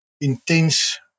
intense